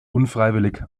unfreiwillig